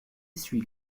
suit